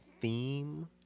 theme